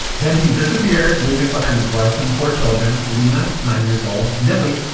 then he disappeared, leaving behind his wife and four children, lena, nine years old, millie,